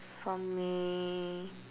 for me